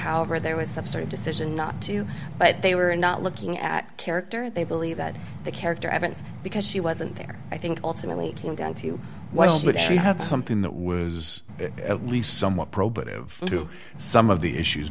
however there was some sort of decision not to but they were not looking at character they believe that the character evidence because she wasn't there i think ultimately came down to what she had something that was at least somewhat probative to some of the issues